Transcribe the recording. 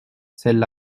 celles